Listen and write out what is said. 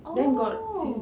oh